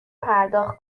پرداخت